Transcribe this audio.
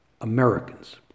Americans